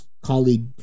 colleague